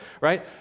Right